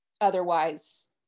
otherwise